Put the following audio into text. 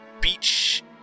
beach